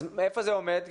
אז איפה זה עומד?